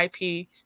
IP